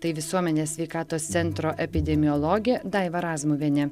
tai visuomenės sveikatos centro epidemiologė daiva razmuvienė